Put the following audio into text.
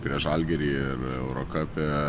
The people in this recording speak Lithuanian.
prieš žalgirį ir eurokape